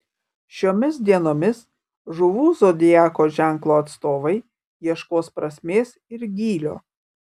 šiomis dienomis žuvų zodiako ženklo atstovai ieškos prasmės ir gylio